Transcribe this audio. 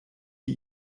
die